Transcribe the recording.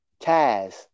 Taz